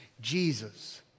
Jesus